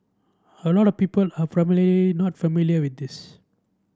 a lot of people are not familiar with this